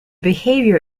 behavior